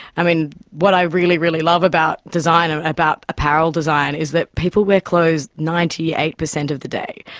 i mean, what i really, really love about design and about apparel design is that people wear clothes ninety eight per cent of the day.